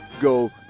go